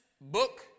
book